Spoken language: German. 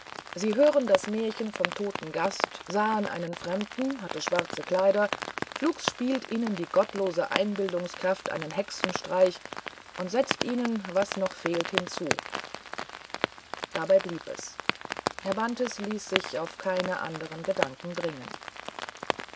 sie hörten das märchen vom toten gast sahen einen fremden hatte schwarze kleider flugs spielt ihnen die gottlose einbildungskraft einen hexenstreich und setzt ihnen was noch fehlt hinzu dabei blieb es herr bantes ließ sich auf keine anderen gedanken bringen